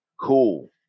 Cool